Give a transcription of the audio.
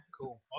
Cool